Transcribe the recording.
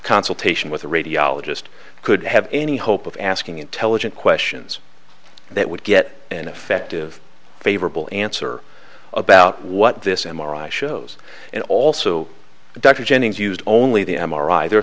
consultation with the radiologist could have any hope of asking intelligent questions that would get an effective favorable answer about what this m r i shows and also dr jennings used only the m r i there